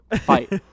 fight